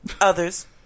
Others